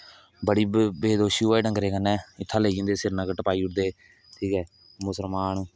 बड़ी बेदोशी होवा दी डंगरे कन्नै इत्था दा लेई जंदे श्रीनगर टपाई ओड़दे ठीक ऐ मुस्लमान